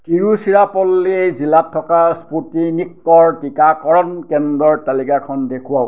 তিৰুচিৰাপল্লী জিলাত থকা স্পুটনিকৰ টিকাকৰণ কেন্দ্ৰৰ তালিকাখন দেখুৱাওক